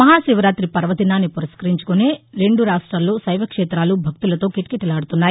మహాశివరాతి పర్వదినాన్ని పురస్కరించుకుని రెందు రాష్ట్రాల్లో తైవక్షేతాలు భక్తులతో కిటకిటలాడుతున్నాయి